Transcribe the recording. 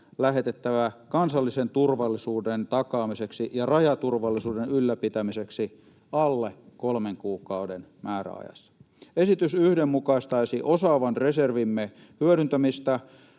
lähetettävä kansallisen turvallisuuden takaamiseksi ja rajaturvallisuuden ylläpitämiseksi alle kolmen kuukauden määräajassa. Esitys yhdenmukaistaisi osaavan reservimme hyödyntämistä